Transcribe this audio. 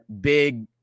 big